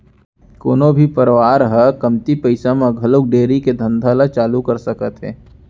कोनो भी परवार ह कमती पइसा म घलौ डेयरी के धंधा ल चालू कर सकत हे